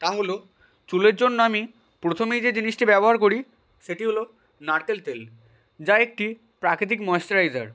তা হলো চুলের জন্য আমি প্রথমেই যে জিনিসটি ব্যবহার করি সেটি হলো নারকেল তেল যা একটি প্রাকৃতিক ময়েসচারায়জার